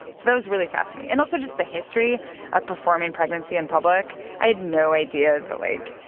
that was really fascinating and also just the history of performing pregnancy in public. i had no idea that, like,